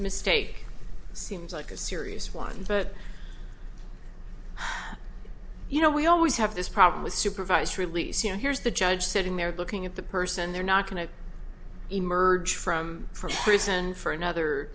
mistake seems like a serious one but you know we always have this problem with supervised release you know here's the judge sitting there looking at the person they're not going to emerge from from prison for another